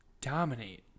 dominate